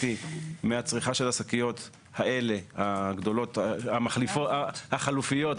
מרוכז באותם קמעונאים גדולים וכו',